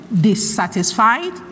dissatisfied